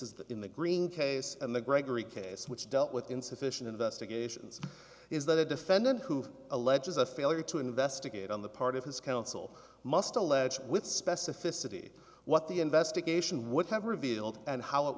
is in the green case and the gregory case which dealt with insufficient investigations is that a defendant who alleges a failure to investigate on the part of his counsel must allege with specificity what the investigation would have revealed and how it